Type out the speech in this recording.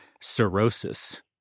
cirrhosis